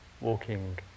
walking